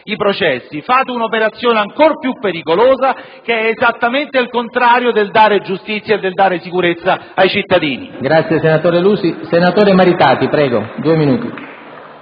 i processi: fate un'operazione ancora più pericolosa che è esattamente il contrario del dare giustizia e sicurezza ai cittadini.